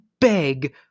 beg